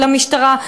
למשטרה,